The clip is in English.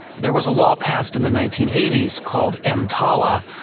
there was a law passed in the nineteen eighty s called emtala,